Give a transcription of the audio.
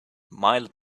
mild